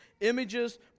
images